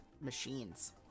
machines